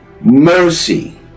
mercy